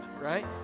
right